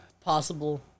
possible